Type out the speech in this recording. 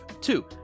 Two